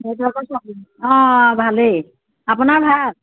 নেটৱৰ্কৰ প্ৰব্লেম অঁ ভালেই আপোনাৰ ভাল